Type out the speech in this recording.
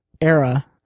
era